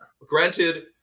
granted